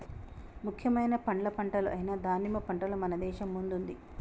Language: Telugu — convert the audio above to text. ముఖ్యమైన పండ్ల పంటలు అయిన దానిమ్మ పంటలో మన దేశం ముందుంది